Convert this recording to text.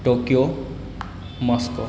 Tokyo Moscow